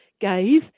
gaze